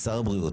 משר הבריאות,